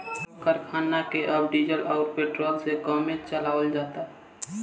कल करखना के अब डीजल अउरी पेट्रोल से कमे चलावल जाता